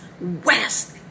west